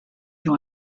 you